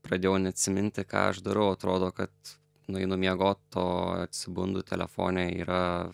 pradėjau neatsiminti ką aš darau atrodo kad nueinu miegot o atsibundu telefone yra